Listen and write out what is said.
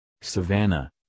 savannah